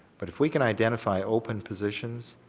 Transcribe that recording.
but if we can identify open positions,